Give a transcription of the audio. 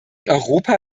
europa